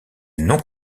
non